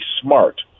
smart